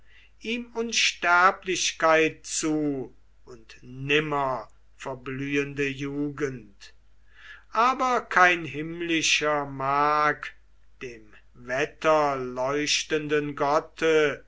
ihm unsterblichkeit zu und nimmerverblühende jugend aber kein himmlischer mag dem wetterleuchtenden gotte